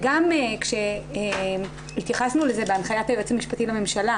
גם כשהתייחסנו לזה בהנחיית היועץ המשפטי לממשלה,